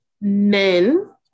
men